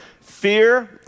Fear